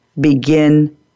begin